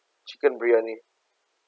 chicken biryani